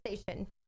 station